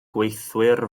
gweithwyr